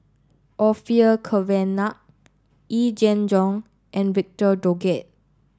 Orfeur Cavenagh Yee Jenn Jong and Victor Doggett